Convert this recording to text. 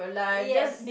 yes